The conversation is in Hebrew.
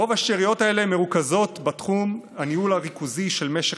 רוב השאריות האלה מרוכזות בתחום הניהול הריכוזי של משק